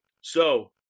So-